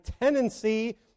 tendency